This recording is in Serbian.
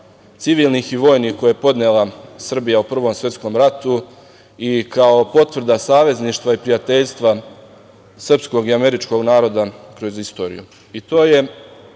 civilnih i vojnih koji je podnela Srbija u Prvom svetskom ratu i kao potvrda savezništva i prijateljstva srpskog i američkog naroda kroz istoriju.